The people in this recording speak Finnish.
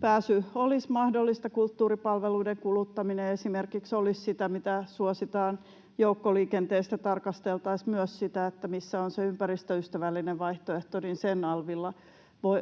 pääsy olisi mahdollista. Kulttuuripalveluiden kuluttaminen esimerkiksi olisi sitä, mitä suositaan. Joukkoliikenteestä tarkasteltaisiin myös sitä, missä on se ympäristöystävällinen vaihtoehto, ja sen alvilla